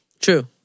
True